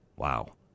Wow